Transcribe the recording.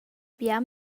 bia